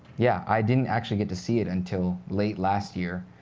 yeah, i didn't actually get to see it until late last year,